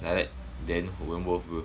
like that then 我们 worth bro